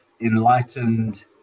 enlightened